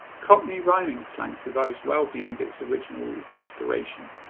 cockney rhyming slang survives well beyond its original inspiration,